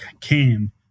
came